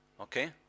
Okay